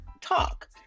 talk